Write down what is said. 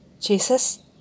Jesus